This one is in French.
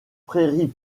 prairies